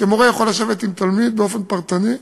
שמורה יכול לשבת עם תלמיד באופן פרטני.